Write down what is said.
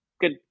good